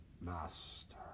Master